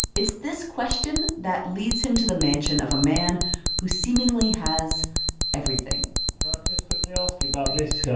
it's this question that leads him to the mansion of a man who seemingly has everything can yeah i just quickly ask you about this